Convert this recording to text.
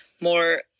more